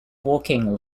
walking